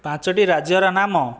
ପାଞ୍ଚଟି ରାଜ୍ୟର ନାମ